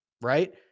right